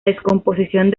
descomposición